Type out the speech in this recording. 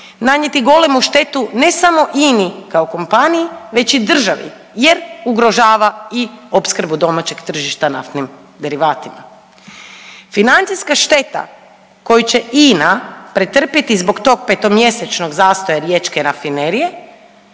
nanijeti golemu štetu, ne samo INA-i kao kompaniji, već i državi jer ugrožava i opskrbu domaćeg tržišta naftnim derivatima. Financijska šteta koju će INA pretrpjeti zbog tog petomjesečnog zastoja riječke rafinerije